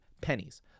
pennies